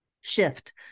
shift